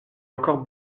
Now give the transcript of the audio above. encore